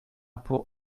pour